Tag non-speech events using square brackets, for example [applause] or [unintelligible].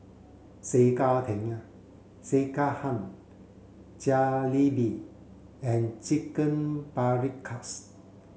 [unintelligible] Sekihan Jalebi and Chicken Paprikas